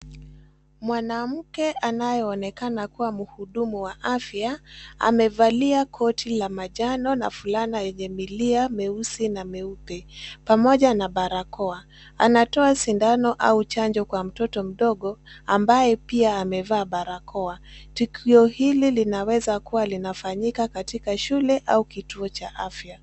Mwanamke anayeonekana kuwa mhudumu wa afya, amevalia koti la manjano na fulana yenye milia meusi na meupe pamoja na barakoa. Anatoa sindano au chanjo Kwa mtoto mdogo ambaye pia amevaa barakoa. Tukio hili linaweza kuwa linafanyika katika shule au katika kituo cha afya.